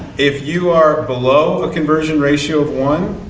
if you are below a conversion ratio of one,